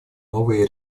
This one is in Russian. новые